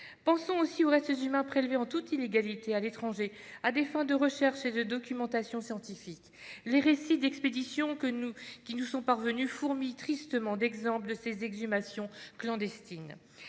Pensons aussi aux restes humains prélevés en toute illégalité à l'étranger à des fins de recherche et de documentation scientifiques. Les récits d'expéditions qui nous sont parvenus fourmillent tristement d'exemples de ces exhumations clandestines.